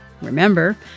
Remember